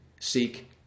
Seek